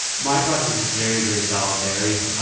my process is very, very solitary,